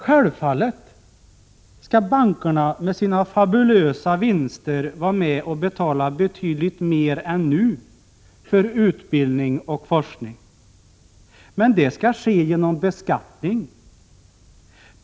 Självfallet skall bankerna med sina fabulösa vinster vara med och betala betydligt mer än nu för utbildning och forskning. Men det skall ske genom beskattning.